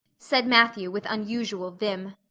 said matthew with unusual vim.